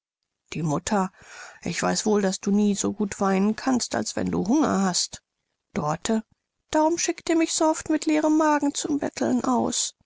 hungerte mutter ich weiß wohl daß du nie so gut weinen kannst als wenn du hunger hast dorte darum schickt ihr mich so oft mit leerem magen zum betteln aus